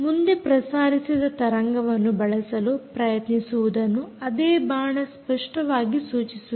ಮುಂದೆ ಪ್ರಸಾರಿಸಿದ ತರಂಗವನ್ನು ಬಳಸಲು ಪ್ರಯತ್ನಿಸುವುದನ್ನು ಅದೇ ಬಾಣ ಸ್ಪಷ್ಟವಾಗಿ ಸೂಚಿಸುತ್ತಿದೆ